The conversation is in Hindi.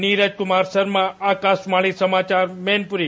नीरज कुमार शर्मा आकाशवाणी समाचार मैनपुरी